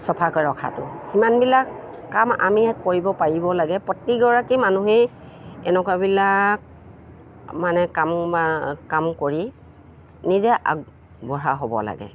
চফাকৈ ৰখাটো সিমানবিলাক কাম আমি কৰিব পাৰিব লাগে প্ৰতিগৰাকী মানুহেই এনেকুৱাবিলাক মানে কাম কাম কৰি নিজে আগবঢ়া হ'ব লাগে